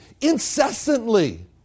incessantly